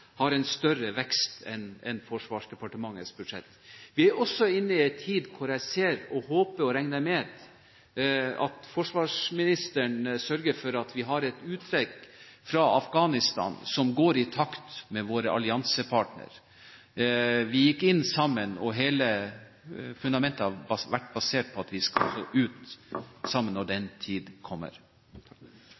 har en større vekst enn Forsvarsdepartementets budsjett. Vi er også inne i en tid hvor jeg ser og håper og regner med at forsvarsministeren sørger for at vi har et uttrekk fra Afghanistan som går i takt med våre alliansepartnere. Vi gikk inn sammen, og hele fundamentet har vært basert på at vi også skal ut sammen, når den tid kommer.